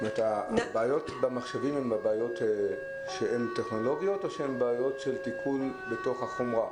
בעיות המחשבים הן בעיות טכנולוגיות או שהן תיקון של חומרה?